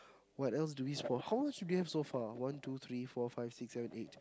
what else do we spot how much do we have so far one two three four five six seven eight